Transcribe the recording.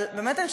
אבל באמת,